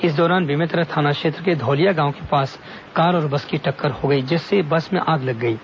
इस दौरान बेमेतरा थाना क्षेत्र के धोलिया गांव के पास कार और बस की टक्कर हो गई जिससे बस में आग लग गयी